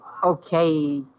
okay